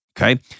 okay